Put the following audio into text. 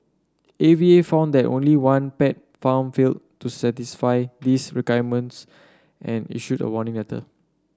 A V A found that only one pet farm failed to satisfy these requirements and issued a warning letter